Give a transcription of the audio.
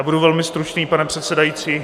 Budu velmi stručný, pane předsedající.